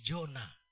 Jonah